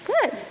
Good